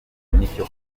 nicyo